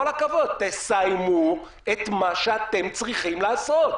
כל הכבוד, תסיימו את מה שאתם צריכים לעשות,